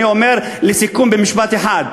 אני אומר לסיכום במשפט אחד: